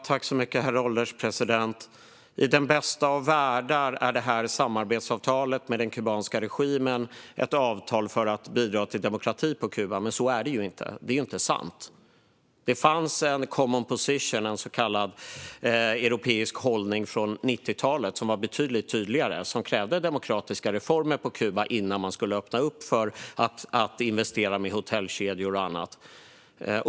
Herr ålderspresident! I den bästa av världar är samarbetsavtalet med den kubanska regimen ett avtal som bidrar till demokrati på Kuba. Men så förhåller det sig inte. Detta är inte sant. Det fanns en så kallad common position, en europeisk hållning, från 90-talet som var betydligt tydligare. I den krävdes demokratiska reformer på Kuba innan man skulle öppna upp för investeringar i hotellkedjor och annat.